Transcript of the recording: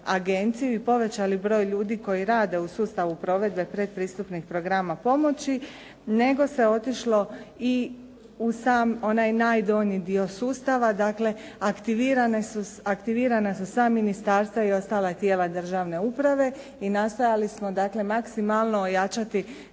i povećali broj ljudi koji rade u sustavu provedbe predpristupnih programa pomoći nego se otišlo i u sam onaj najdonji dio sustava, dakle aktivirana su sva ministarstva i ostala tijela državne uprave i nastojali smo maksimalno ojačati